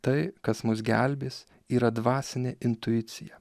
tai kas mus gelbės yra dvasinė intuicija